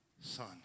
son